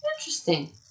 interesting